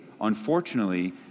unfortunately